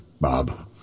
Bob